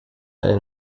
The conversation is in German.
eine